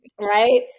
right